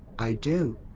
i do.